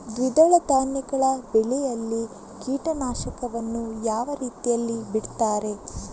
ದ್ವಿದಳ ಧಾನ್ಯಗಳ ಬೆಳೆಯಲ್ಲಿ ಕೀಟನಾಶಕವನ್ನು ಯಾವ ರೀತಿಯಲ್ಲಿ ಬಿಡ್ತಾರೆ?